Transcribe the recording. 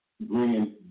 bringing